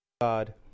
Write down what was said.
God